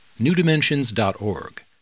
newdimensions.org